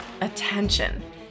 attention